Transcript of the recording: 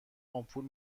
آمپول